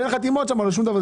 ואין לך חתימות שם ושום דבר,